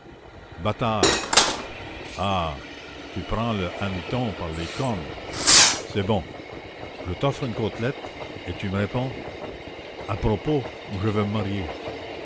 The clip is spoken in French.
bataille ah tu prends le hanneton par les cornes c'est bon je t'offre une côtelette et tu me réponds à propos je veux me marier